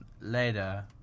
later